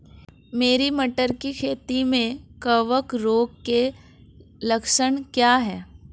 मेरी मटर की खेती में कवक रोग के लक्षण क्या हैं?